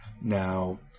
Now